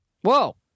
Whoa